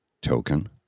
token